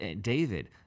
David